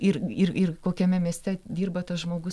ir ir ir kokiame mieste dirba tas žmogus